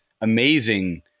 amazing